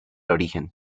origen